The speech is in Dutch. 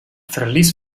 verlies